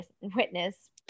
witness